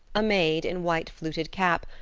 a maid, in white fluted cap,